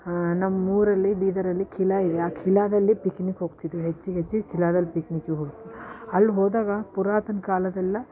ನಮ್ಮ ಊರಲ್ಲಿ ಬೀದರಲ್ಲಿ ಖಿಲ್ಲಾ ಇದೆ ಆ ಖಿಲ್ಲಾದಲ್ಲಿ ಪಿಕ್ನಿಕ್ ಹೋಗ್ತಿದ್ದೆವು ಹೆಜ್ಜೆ ಹೆಜ್ಜೆ ಖಿಲ್ಲಾದಲ್ಲಿ ಪಿಕ್ನಿಕಿಗೆ ಹೋಗ್ತಿ ಅಲ್ಲಿ ಹೋದಾಗ ಪುರಾತನ ಕಾಲದ್ದೆಲ್ಲ